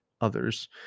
others